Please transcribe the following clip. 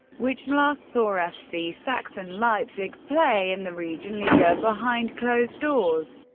which last saw fc sachsen leipzig play in the regionalliga behind closed doors.